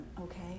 Okay